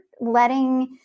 letting